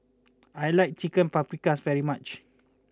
I like Chicken Paprikas very much